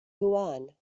huan